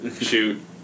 Shoot